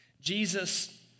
Jesus